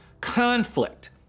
conflict